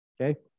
okay